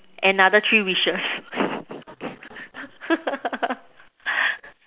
another three wishes